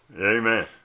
Amen